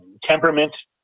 Temperament